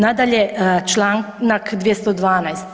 Nadalje, čl. 212.